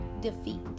defeat